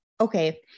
okay